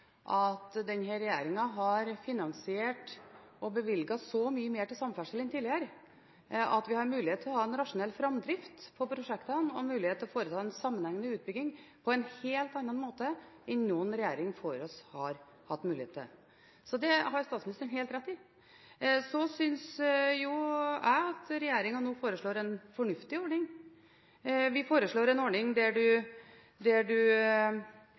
at denne regjeringen har finansiert og bevilget så mye mer til samferdsel enn de tidligere at vi har mulighet til å ha en rasjonell framdrift på prosjektene og foreta en sammenhengende utbygging på en helt annen måte enn noen regjering før oss har hatt mulighet til. Det har statsministeren helt rett i. Så synes jeg at regjeringen nå foreslår en fornuftig ordning. Vi foreslår en ordning der en lager en egen prosjektorganisasjon for enkelte prosjekter, der